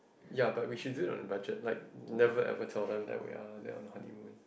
ya but we should do it on a budget like never ever tell them that we are on a honeymoon